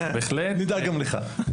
מותר גם לך.